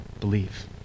Believe